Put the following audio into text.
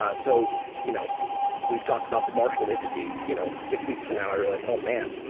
ah so you know we've talked about the marshall entity. you know six weeks from now i realize, oh, man!